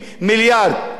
לא 100 מיליון,